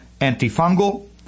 antifungal